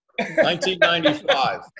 1995